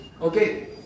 Okay